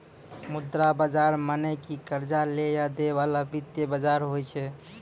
मुद्रा बजार मने कि कर्जा लै या दै बाला वित्तीय बजार होय छै